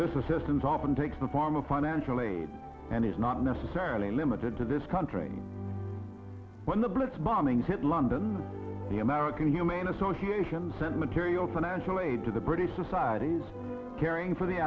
assistance often takes the form of financial aid and is not necessarily limited to this country when the blitz bombing hit london the american humane association sent material financial aid to the british society's caring for the